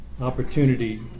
opportunity